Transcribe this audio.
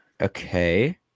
Okay